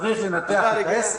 צריך לנתח את העסק.